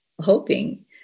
hoping